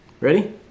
Ready